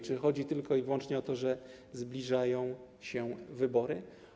Czy chodzi tylko i wyłącznie o to, że zbliżają się wybory?